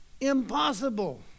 impossible